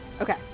Okay